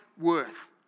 worth